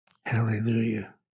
Hallelujah